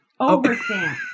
Overstand